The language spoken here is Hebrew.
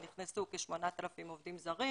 נכנסו כ-8,000 עובדים זרים,